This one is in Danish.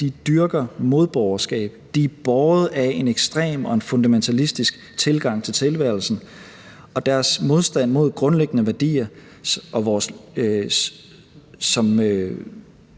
De dyrker modborgerskab. De er båret af en ekstrem og en fundamentalistisk tilgang til tilværelsen, og deres modstand mod grundlæggende værdier, som